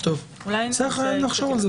צריך לחשוב על זה.